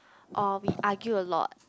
or we argue a lot